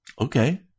Okay